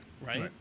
right